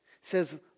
says